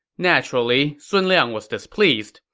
naturally, sun liang was displeased,